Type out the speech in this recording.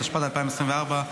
התשפ"ד 2024,